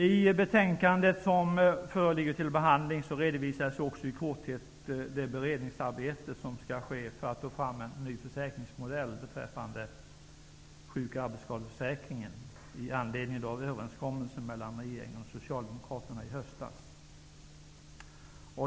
I det betänkande som föreligger för behandling redovisas också i korthet det beredningsarbete som nu skall ske för att ta fram en ny försäkringsmodell beträffande sjuk och arbetsskadeförsäkringen med anledning av överenskommelsen mellan regeringen och Socialdemokraterna i höstas.